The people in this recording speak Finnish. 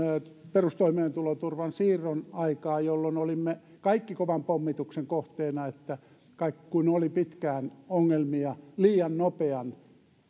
perustoimeentuloturvan siirron aikaan jolloin olimme kaikki kovan pommituksen kohteena kun oli pitkään ongelmia liian nopean